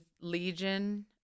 Legion